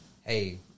hey